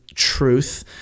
truth